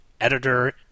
editor